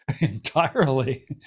Entirely